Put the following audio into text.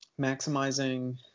maximizing